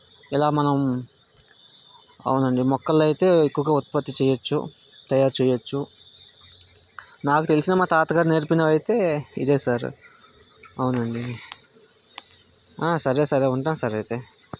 ఇలా మనం అవునండి మొక్కలైతే ఎక్కువగా ఉత్పత్తి చేయవచ్చు తయారు చేయవచ్చు నాకు తెలిసిన మా తాతగారు నేర్పినవైతే ఇదే సార్ అవునండి సరే సరే ఉంటాను సార్ అయితే